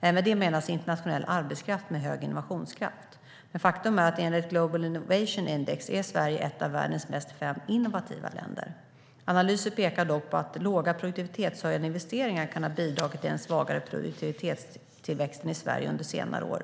Med det menas internationell arbetskraft med hög innovationskraft. Men faktum är att enligt Global Innovation Index är Sverige ett av världens fem mest innovativa länder. Analyser pekar dock på att låga produktivitetshöjande investeringar kan ha bidragit till den svagare produktivitetstillväxten i Sverige under senare år.